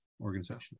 organization